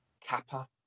Kappa